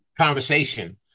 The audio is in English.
Conversation